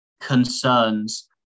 concerns